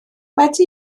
wedi